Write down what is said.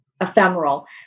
ephemeral